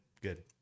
Good